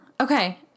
Okay